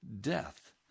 death